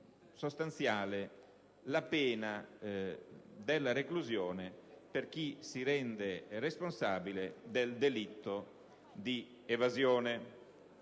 sostanziale la pena della reclusione per chi si rende responsabile del delitto di evasione.